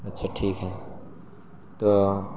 اچھا ٹھیک ہے تو